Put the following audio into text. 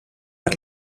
per